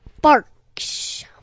Barks